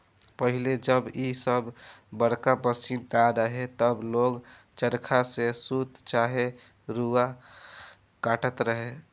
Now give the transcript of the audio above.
पहिले जब इ सब बड़का मशीन ना रहे तब लोग चरखा से सूत चाहे रुआ काटत रहे